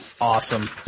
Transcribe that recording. Awesome